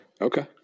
Okay